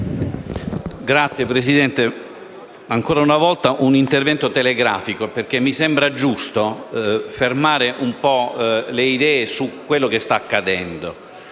Signor Presidente, farò ancora una volta un intervento telegrafico, perché mi sembra giusto fermare un po' le idee su quanto sta accadendo.